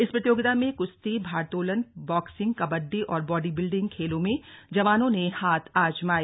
इस प्रतियोगिता में कुश्ती भारोत्तोलन बॉक्सिंग कबड्डी और बॉडी बिल्डिंग खेलों में जवानों ने हाथ आजमाए